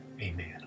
amen